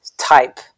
Type